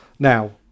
Now